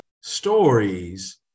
stories